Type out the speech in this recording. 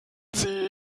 sie